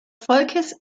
volkes